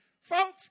Folks